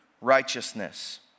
righteousness